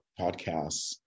podcasts